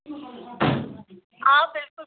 آ بِلکُل بِلکُل